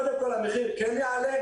קודם כול, המחיר כן יעלה.